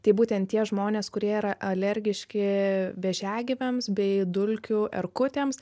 tai būten tie žmonės kurie yra alergiški vėžiagyviams bei dulkių erkutėms